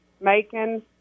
Macon